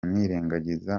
nirengagiza